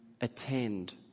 attend